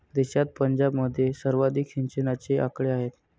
देशात पंजाबमध्ये सर्वाधिक सिंचनाचे आकडे आहेत